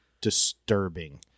disturbing